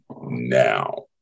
now